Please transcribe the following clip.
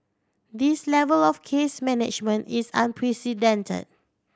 this level of case management is unprecedented